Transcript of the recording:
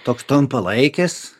toks trumpalaikis